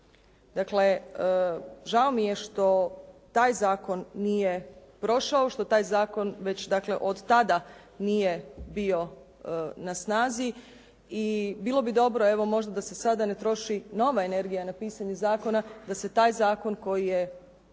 Dakle žao mi je što taj zakon nije prošao, što taj zakon već dakle od tada nije bio na snazi i bilo bi dobro evo možda da se sada ne troši nova energija na pisanje zakona da se taj zakon koji je